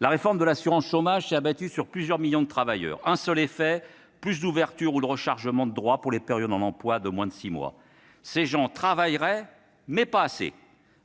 La réforme de l'assurance chômage s'est abattue sur plusieurs millions de travailleurs. Un seul effet : plus d'ouverture ou de rechargement de droits pour les périodes en emploi de moins de six mois. Ces gens travailleraient, mais pas assez !